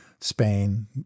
Spain